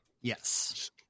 Yes